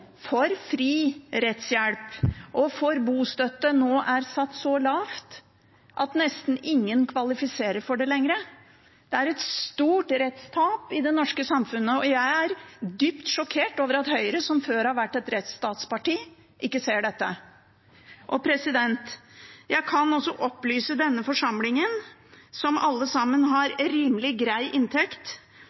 for fri rettshjelp og for bostøtte nå er satt så lavt at nesten ingen kvalifiserer for det lenger. Det er et stort rettstap i det norske samfunnet, og jeg er dypt sjokkert over at Høyre, som før har vært et rettsstatsparti, ikke ser dette. Jeg kan også opplyse denne forsamlingen – som alle har rimelig grei inntekt